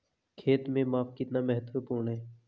खेत में माप कितना महत्वपूर्ण है?